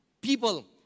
people